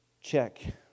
Check